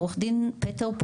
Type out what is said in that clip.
עורך דין פטר,